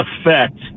affect